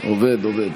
עובד,